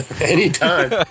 Anytime